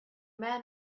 man